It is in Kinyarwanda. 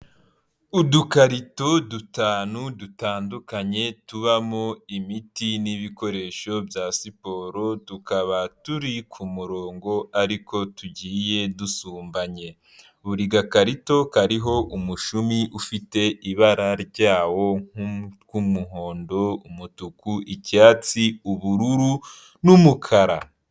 Udukarito dutanu dutandukanye tubamo imiti n'ibikoresho bya siporo, tukaba turi ku murongo ariko tugiye dusumbanye, buri gakarito kariho umushumi ufite ibara ryawo nk'umuhondo, umutuku, icyatsi, ubururu n'umukara.